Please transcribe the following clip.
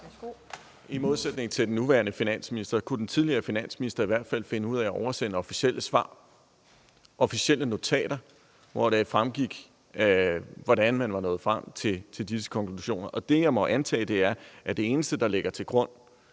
I modsætning til den nuværende minister kunne den tidligere finansminister i hvert fald finde ud af at oversende officielle svar, officielle notater, hvoraf det fremgik, hvordan man var nået frem til de konklusioner. Det, jeg må antage, er, at det eneste, der ligger til grund